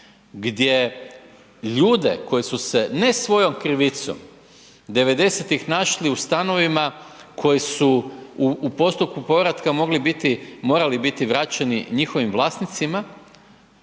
gdje ljude koji su se ne svojom krivicom 90-tih našli u stanovima koji su u postupku povratka morali biti vraćeni njihovim vlasnicima,